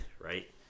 right